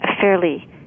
fairly